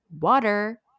water